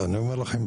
אני אומר לכם,